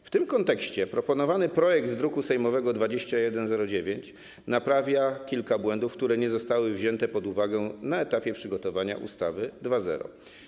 W tym kontekście proponowany projekt z druku sejmowego nr 2109 naprawia kilka błędów, które nie zostały wzięte pod uwagę na etapie przygotowania ustawy 2.0.